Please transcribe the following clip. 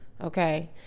okay